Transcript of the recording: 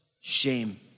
Shame